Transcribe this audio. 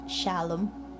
Shalom